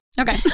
Okay